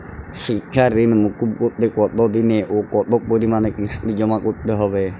শিক্ষার ঋণ মুকুব করতে কতোদিনে ও কতো পরিমাণে কিস্তি জমা করতে হবে?